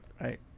Right